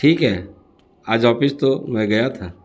ٹھیک ہے آج آفس تو میں گیا تھا